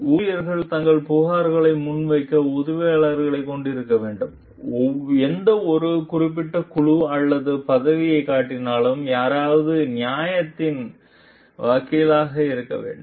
ஊழியர்கள் தங்கள் புகார்களை முன்வைக்க உதவியாளர்களைக் கொண்டிருக்க வேண்டும் எந்தவொரு குறிப்பிட்ட குழு அல்லது பதவியைக் காட்டிலும் யாராவது நியாயத்தின் வக்கீலாக இருக்க வேண்டும்